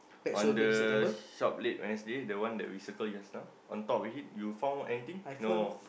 on the shop late Wednesday the one that we circle just now on top of it you found anything no